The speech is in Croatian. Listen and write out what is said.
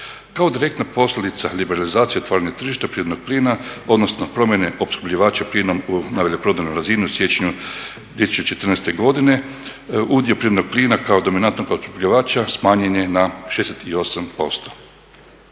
Kao direktna posljedica liberalizacije otvorenih tržišta prirodnog plina odnosno promjene opskrbljivača plinom na veleprodajnoj razini u siječnju 2014. godine udio prirodnog plina kao dominantnog opskrbljivača smanjen je na 68%.